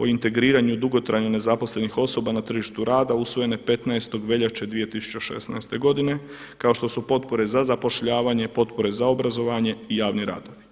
o integriranju dugotrajno nezaposlenih osoba na tržištu rada usvojene 15. veljače 2016. godine kao što su potpore za zapošljavanje, potpore za obrazovanje i javni radovi.